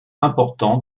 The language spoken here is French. important